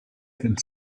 could